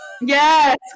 Yes